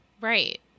Right